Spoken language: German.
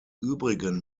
übrigen